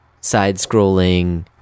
side-scrolling